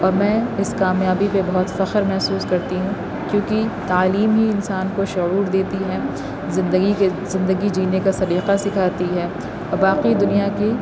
اور میں اس کامیابی پہ بہت فخر محسوس کرتی ہوں کیونکہ تعلیم ہی انسان کو شعور دیتی ہے زندگی کے زندگی جینے کا سلیقہ سکھاتی ہے اور باقی دنیا کی